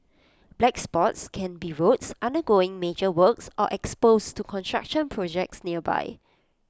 black spots can be roads undergoing major works or exposed to construction projects nearby